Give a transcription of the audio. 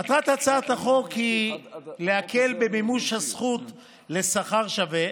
מטרת הצעת החוק היא להקל במימוש הזכות לשכר שווה,